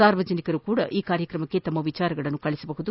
ಸಾರ್ವಜನಿಕರು ಸಹ ಈ ಕಾರ್ಯಕ್ರಮಕ್ಕೆ ತಮ್ಮ ವಿಚಾರಗಳನ್ನು ಕಳಿಸಬಹುದು